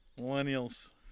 Millennials